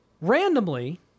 Randomly